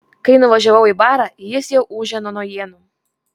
kai nuvažiavau į barą jis jau ūžė nuo naujienų